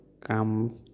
come